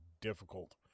difficult